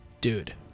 Dude